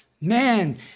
Man